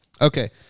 Okay